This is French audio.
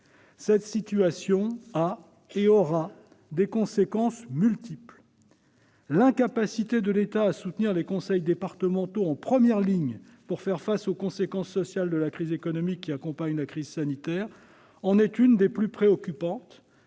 Cette situation a, et aura, des conséquences multiples. L'incapacité de l'État à soutenir les conseils départementaux, en première ligne pour faire face aux conséquences sociales de la crise économique accompagnant la crise sanitaire, en est l'une des plus préoccupantes,